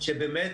באמת,